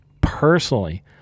personally